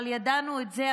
ידענו את זה,